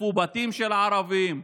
תקפו בתים של ערבים,